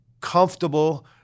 comfortable